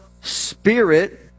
spirit